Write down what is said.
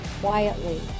quietly